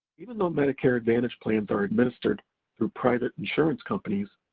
even though medicare advantage plans are administered through private insurance companies,